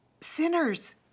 sinners